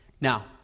Now